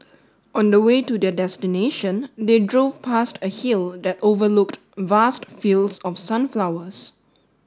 on the way to their destination they drove past a hill that overlooked vast fields of sunflowers